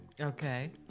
Okay